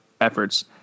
efforts